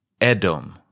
Edom